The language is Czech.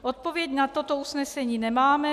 Odpověď na toto usnesení nemáme.